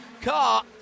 car